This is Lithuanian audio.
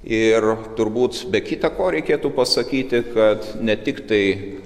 ir turbūt be kita ko reikėtų pasakyti kad ne tiktai